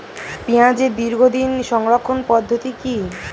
পেঁয়াজের দীর্ঘদিন সংরক্ষণ পদ্ধতি কি?